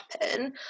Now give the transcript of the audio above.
happen